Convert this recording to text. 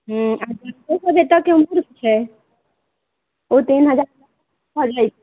हुँ नेताके कोना छै ओ तहिना जाकऽ पड़लै